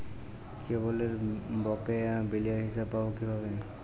কেবলের বকেয়া বিলের হিসাব পাব কিভাবে?